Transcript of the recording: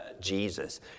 Jesus